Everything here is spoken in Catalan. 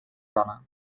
dona